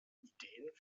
ideen